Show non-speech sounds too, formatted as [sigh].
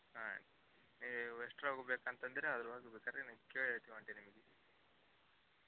ಹಾಂ ಎಕ್ಸ್ಟ್ರಾ [unintelligible] ಬೇಕುಂತಂದ್ರೆ [unintelligible] ಬೇಕಾರೆ ನಿಮಗೆ ಕೇಳಿಟ್ಕೊಳ್ತೀನಿ